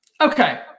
Okay